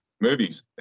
movies